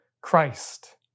Christ